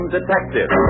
Detective